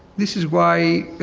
this is why